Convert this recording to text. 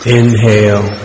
Inhale